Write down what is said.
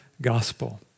gospel